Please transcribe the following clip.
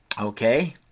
Okay